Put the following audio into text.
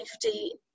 safety